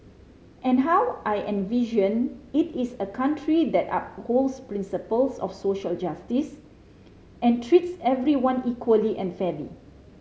and how I envision it is a country that upholds principles of social justice and treats everyone equally and fairly